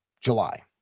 July